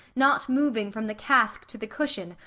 not moving from the casque to the cushion,